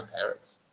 parents